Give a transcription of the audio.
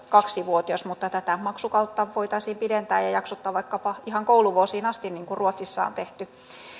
kaksi vuotias mutta tätä maksukautta voitaisiin pidentää ja ja jaksottaa vaikkapa ihan kouluvuosiin asti niin kuin ruotsissa on tehty